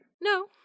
No